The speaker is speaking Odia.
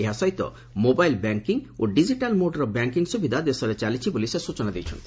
ଏହା ସହିତ ମୋବାଇଲ୍ ବ୍ୟାଙ୍କିଙ୍ଗ୍ ଓ ଡିକିଟାଲ୍ ମୋଡ୍ର ବ୍ୟାଙ୍କିଙ୍ଗ ସୁବିଧା ଦେଶରେ ଚାଲିଛି ବୋଲି ସେ ସୂଚନା ଦେଇଛନ୍ତି